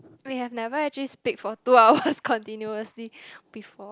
we have never actually speak for two hours continuously before